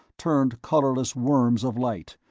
turned colorless worms of light,